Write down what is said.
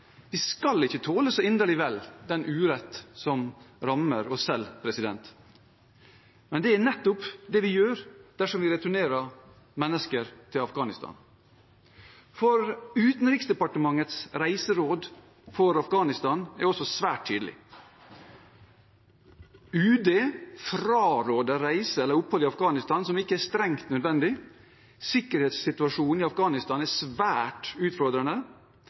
Vi skal ikke tåle så inderlig vel, den urett som ikke rammer oss selv. Men det er nettopp det vi gjør dersom vi returnerer mennesker til Afghanistan. For Utenriksdepartementets reiseråd for Afghanistan er også svært tydelig: «Utenriksdepartementet fraråder reise eller opphold i Afghanistan som ikke er strengt nødvendig.» Og videre: «Sikkerhetssituasjonen i Afghanistan er svært utfordrende.